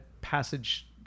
passage